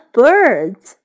birds